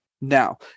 now